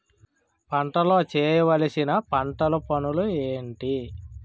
పంటలో చేయవలసిన పంటలు పనులు ఏంటి?